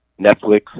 Netflix